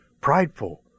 prideful